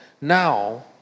now